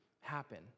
happen